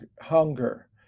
hunger